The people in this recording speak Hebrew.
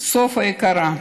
סופה יקרה,